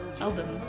album